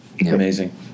Amazing